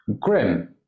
grim